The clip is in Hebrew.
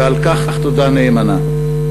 ועל כך תודה נאמנה.